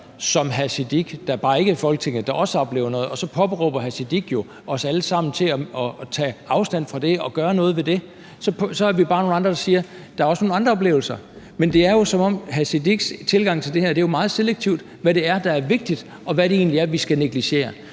Siddique, der bare ikke er i Folketinget, men som også oplever noget, og så påberåber hr. Sikandar Siddique sig jo retten til at få os alle sammen til at tage afstand fra det og gøre noget ved det. Så er vi bare nogle andre, der siger: Der er også nogle andre oplevelser. Men det er jo, som om hr. Sikandar Siddiques tilgang til det her er sådan, at det er meget selektivt, hvad det er, der er vigtigt, og hvad det egentlig er, vi skal negligere.